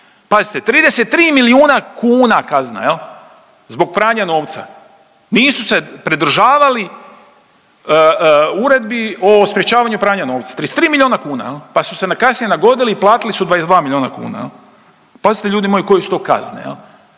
pazite 33 milijuna kazna, je li, zbog pranja novca. Nisu se pridržavali uredbi o sprječavanju pranja novca. 33 milijuna kuna, pa su se na kasnije nagodili i platili su 22 milijuna kuna, je li? Pazite, ljudi moji, koje su to kazne,